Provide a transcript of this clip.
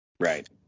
Right